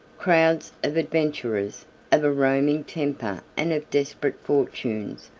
crowds of adventurers of a roving temper and of desperate fortunes,